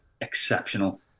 exceptional